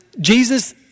Jesus